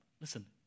listen